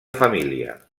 família